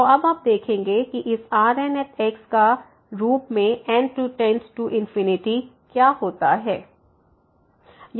eθx0θ1 तो अब आप देखेंगे कि इस Rn का as के रूप में n→∞क्या होता है